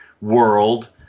world